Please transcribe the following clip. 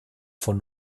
von